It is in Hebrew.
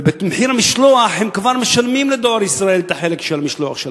ובמחיר המשלוח הם כבר משלמים ל"דואר ישראל" את החלק של המשלוח שלהם.